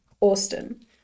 Austin